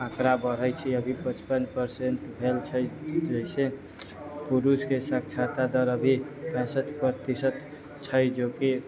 आँकड़ा बढ़ै छै अभी पचपन पर्सेन्ट भेल छै जैसे पुरुषके साक्षरता दर अभी पैंसठि प्रतिशत छै जोकि